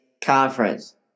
Conference